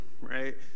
right